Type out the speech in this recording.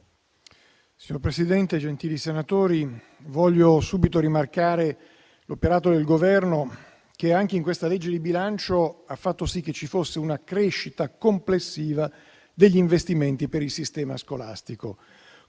Signor Presidente, gentili senatori, voglio subito rimarcare l'operato del Governo che, anche in questa legge di bilancio, ha fatto sì che ci fosse una crescita complessiva degli investimenti per il sistema scolastico.